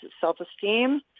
self-esteem